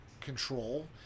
control